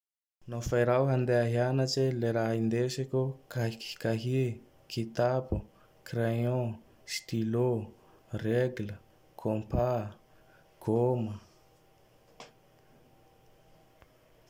Nao fa raho andeha hianatse. Le raha indesiko: Kahi-Kahie, Kitapo, Krayon, Stylo, Regla, Kômpa, Gôma.